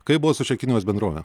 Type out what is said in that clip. kaip buvo su šia kinijos bendrove